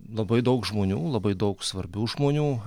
labai daug žmonių labai daug svarbių žmonių